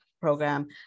program